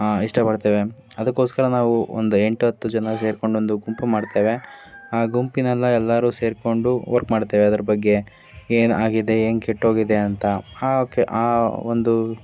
ಇಷ್ಟಪಡ್ತೇವೆ ಅದಕ್ಕೋಸ್ಕರ ನಾವು ಒಂದು ಎಂಟು ಹತ್ತು ಜನ ಸೇರಿಕೊಂಡು ಒಂದು ಗುಂಪು ಮಾಡ್ತೇವೆ ಆ ಗುಂಪಿನಲ್ಲಿ ಎಲ್ಲರೂ ಸೇರಿಕೊಂಡು ವರ್ಕ್ ಮಾಡ್ತೇವೆ ಅದರ ಬಗ್ಗೆ ಏನು ಆಗಿದೆ ಏನು ಕೆಟ್ಟೋಗಿದೆ ಅಂತ ಆ ಓಕೆ ಆ ಒಂದು